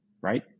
right